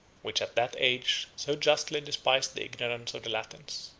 which at that age so justly despised the ignorance of the latins.